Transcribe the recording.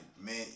man